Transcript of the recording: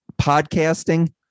Podcasting